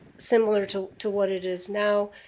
similar to to what it is now.